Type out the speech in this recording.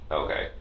okay